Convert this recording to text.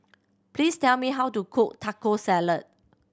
please tell me how to cook Taco Salad